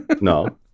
no